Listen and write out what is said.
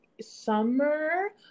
summer